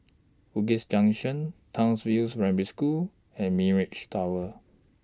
Bugis Junction Townsville's Primary School and Mirage Tower